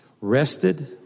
rested